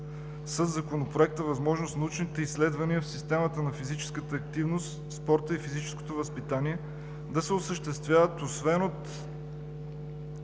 със Законопроекта възможност научните изследвания в системата на физическата активност, спорта и физическото възпитание да се осъществяват освен от